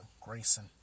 Grayson